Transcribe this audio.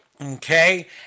Okay